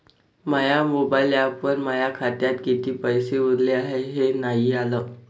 माया mobile ॲपवर माया खात्यात किती पैसे उरले हाय हे नाही आलं